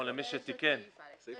ולחדש